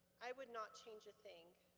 i would not change a thing.